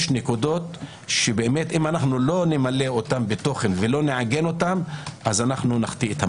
יש נקודות שאם לא נמצא אותן בתוכן ולא נעגן אותן - נחטיא את המלאכה.